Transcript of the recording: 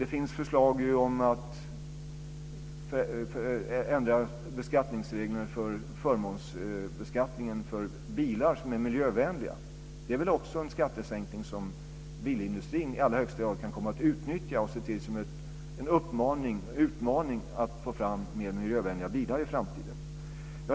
Det finns förslag om att ändra beskattningsreglerna för fömånsbeskattningen för bilar som är miljövänliga. Det är väl också en skattesänkning som bilindustrin i allra högsta grad kan komma att utnyttja och se som en utmaning att få fram mer miljövänliga bilar i framtiden.